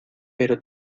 pero